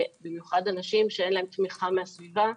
במיוחד אנשים שאין להם תמיכה מהסביבה,